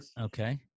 Okay